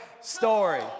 story